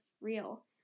real